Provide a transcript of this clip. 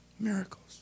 Miracles